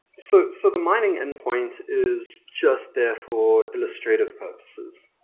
so so the mining endpoints is just there for illustrative purposes.